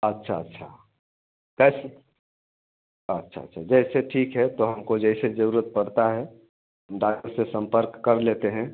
अच्छा अच्छा कैसा अच्छा अच्छा जैसे ठीक है तो हमको जैसे जरूरत पड़ता है हम डाक्टर से संपर्क कर लेते हैं